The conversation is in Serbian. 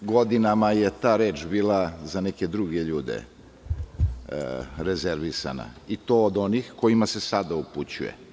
Godinama je ta reč bila za neke druge ljude rezervisana, i to od onih kojima se sada upućuje.